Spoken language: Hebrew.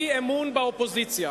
אי-אמון באופוזיציה.